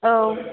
औ